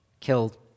killed